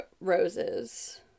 Rose's